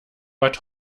bad